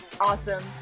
awesome